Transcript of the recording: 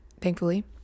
thankfully